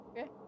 okay